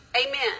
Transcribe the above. Amen